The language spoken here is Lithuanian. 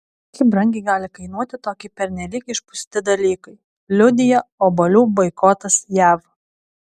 kaip brangiai gali kainuoti tokie pernelyg išpūsti dalykai liudija obuolių boikotas jav